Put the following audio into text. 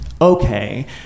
okay